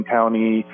County